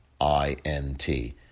I-N-T